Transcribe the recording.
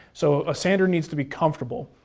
so a sander needs to be comfortable.